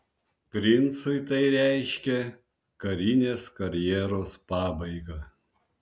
princui tai reiškė karinės karjeros pabaigą